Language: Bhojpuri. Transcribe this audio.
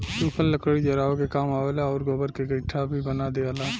सुखल लकड़ी जरावे के काम आवेला आउर गोबर के गइठा भी बना दियाला